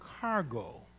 cargo